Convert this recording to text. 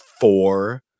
four